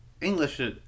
English